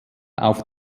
auf